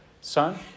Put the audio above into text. son